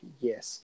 yes